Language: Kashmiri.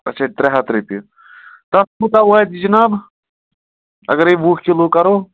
اَچھا ترٛےٚ ہَتھ رۄپیہِ تَتھ کوٗتاہ واتہِ جناب اگرَے وُہ کِلوٗ کرو